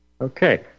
Okay